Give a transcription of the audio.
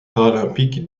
paralympiques